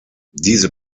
diese